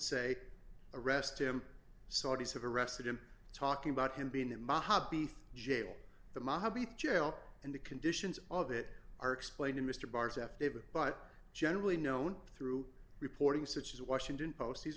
say arrest him saudis have arrested him talking about him being in my hobby think jail the mob jail and the conditions of it are explained to mr barr's f david but generally known through reporting such as washington post these